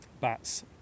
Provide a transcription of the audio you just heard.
bats